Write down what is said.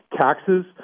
taxes